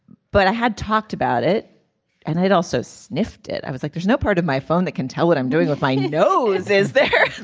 but i had talked about it and had also sniffed it i was like there's no part of my phone that can tell what i'm doing with my nose is there.